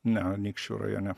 ne anykščių rajone